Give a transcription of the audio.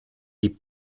die